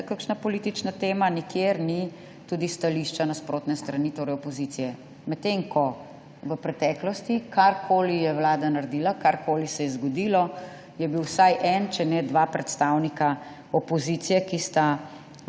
je kakšna politična tema, nikjer ni tudi stališča nasprotne strani, torej opozicije. Medtem ko je bil v preteklosti, karkoli je vlada naredila, karkoli se je zgodilo, vsaj en, če ne dva predstavnika opozicije, ki sta